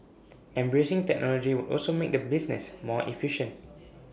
embracing technology would also make the business more efficient